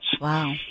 Wow